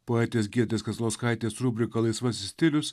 poetės giedrės kazlauskaitės rubrika laisvasis stilius